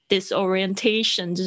Disorientation